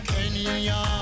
Kenya